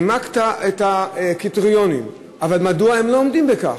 נימקת את הקריטריונים, אבל מדוע הם לא עומדים בכך?